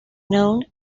known